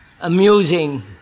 amusing